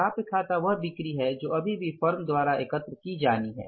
प्राप्य खाता वह बिक्री हैं जो अभी भी फर्म द्वारा एकत्र की जानी हैं